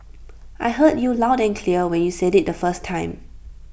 I heard you loud and clear when you said IT the first time